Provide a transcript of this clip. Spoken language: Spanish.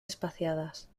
espaciadas